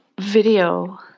video